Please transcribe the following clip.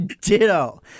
Ditto